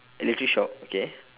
electric shock okay